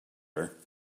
her